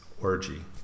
orgy